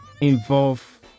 involve